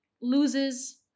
loses